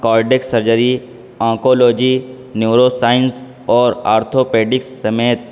cardiac surgery oncology neuro science اور orthopaedics سمیت